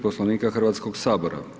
Poslovnika Hrvatskog sabora.